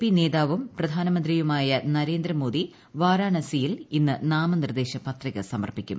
P നേതാവും പ്രധാനമന്ത്രിയുമായ നരേന്ദ്രമോദി വരാണസിയിൽ ഇന്ന് നാമനിർദ്ദേശ പത്രിക സമർപ്പിക്കും